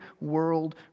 world